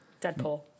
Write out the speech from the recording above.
Deadpool